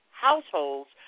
households